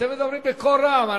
אתם מדברים בקול רם.